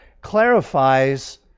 clarifies